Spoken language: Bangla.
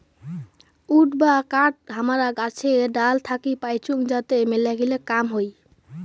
উড বা কাঠ হামারা গাছের ডাল থাকি পাইচুঙ যাতে মেলাগিলা কাম হই